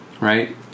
right